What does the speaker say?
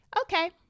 Okay